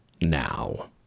now